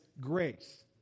grace